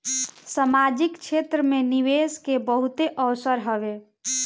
सामाजिक क्षेत्र में निवेश के बहुते अवसर हवे